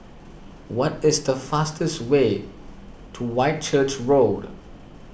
what is the fastest way to Whitchurch Road